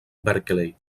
berkeley